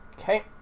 Okay